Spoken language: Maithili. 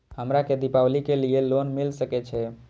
हमरा के दीपावली के लीऐ लोन मिल सके छे?